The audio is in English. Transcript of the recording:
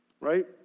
Right